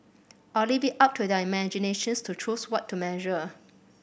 I'll leave it up to their imaginations to choose what to measure